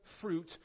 fruit